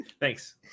Thanks